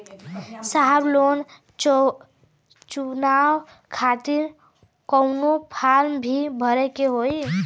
साहब लोन चुकावे खातिर कवनो फार्म भी भरे के होइ?